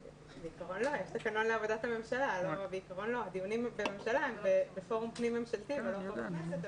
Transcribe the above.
בבית ספר של החופש הגדול היו 700,000 ילדים בגילאי גן עד כיתה